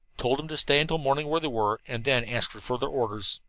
told them to stay until morning where they were, and then ask for further orders.